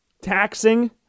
taxing